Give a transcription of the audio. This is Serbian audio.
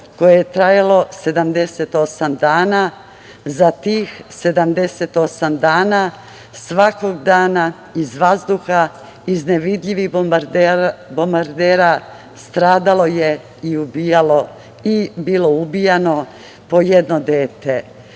koje je trajalo 78 dana. Za tih 78 dana svakog dana iz vazduha, iz nevidljivih bombardera stradalo je i bilo ubijano po jedno dete.